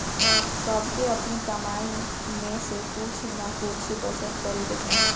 सबके अपनी कमाई में से कुछ नअ कुछ बचत करे के चाही